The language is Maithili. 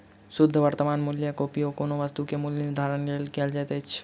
शुद्ध वर्त्तमान मूल्यक उपयोग कोनो वस्तु के मूल्य निर्धारणक लेल कयल जाइत अछि